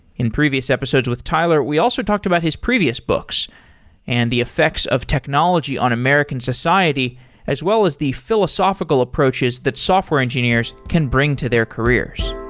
in previous episodes with tyler, we also talked about his previous books and the effects of technology on american society as well as the philosophical approaches that software engineers can bring to their careers.